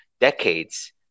decades